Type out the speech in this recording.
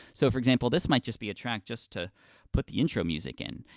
so, for example, this might just be a track just to put the intro music in,